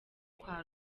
kwa